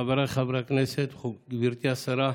חבריי חברי הכנסת, גברתי השרה,